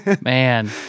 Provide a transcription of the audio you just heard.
Man